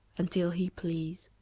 until he please.